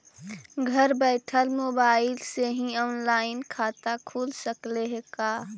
घर बैठल मोबाईल से ही औनलाइन खाता खुल सकले हे का?